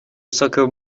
soccer